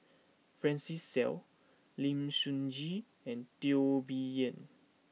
Francis Seow Lim Sun Gee and Teo Bee Yen